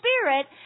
Spirit